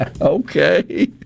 Okay